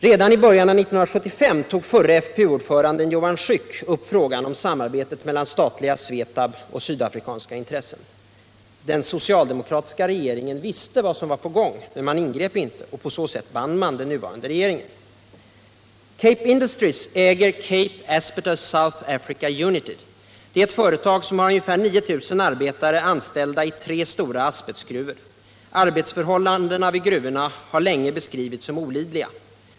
Redan i början av 1975 tog förre Fpu-ordföranden Johan Schick upp frågan om samarbetet mellan SVETAB och sydafrikanska intressen. Den socialdemokratiska regeringen visste vad som var på gång, men man ingrep inte, och på så sätt band man den nuvarande regeringen. Cape Industries äger Cape Asbestos South Africa United. Det är ett företag som har ungefär 9 000 arbetare anställda i tre stora asbestgruvor. Arbetsförhållandena vid gruvorna har länge beskrivits som olidliga.